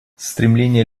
стремление